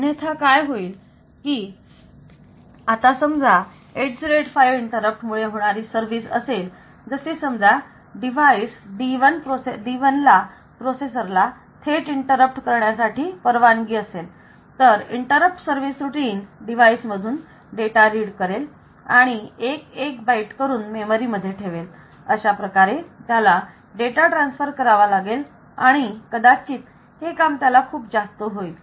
अन्यथा काय होईल की आता समजा 8085 मध्ये इंटरप्ट मुळे होणारी सर्विस असेल जसे समजा डिवाइस D1 ला प्रोसेसर ला थेट इंटरप्ट करण्यासाठी परवानगी असेल तर इंटरप्ट सर्विस रुटीन डिवाइस मधून डेटा रीड करेल आणि एक एक बाईट करून मेमरी मध्ये ठेवेल अशाप्रकारे त्याला डेटा ट्रान्सफर करावा लागेल आणि कदाचित हे काम त्याला खूप जास्त होईल